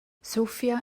sofia